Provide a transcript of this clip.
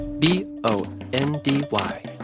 B-O-N-D-Y